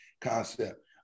concept